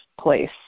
place